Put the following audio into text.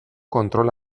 kontrol